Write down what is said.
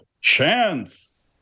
Chance